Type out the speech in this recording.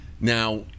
Now